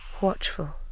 watchful